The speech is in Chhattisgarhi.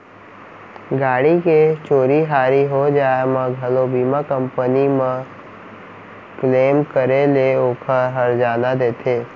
गाड़ी के चोरी हारी हो जाय म घलौ बीमा कंपनी म क्लेम करे ले ओकर हरजाना देथे